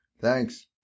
thanks